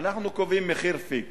אנחנו קובעים מחיר פיקס.